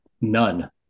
none